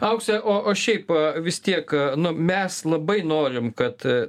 aukse o o šiaip vis tiek nu mes labai norim kad